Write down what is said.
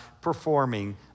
performing